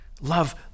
Love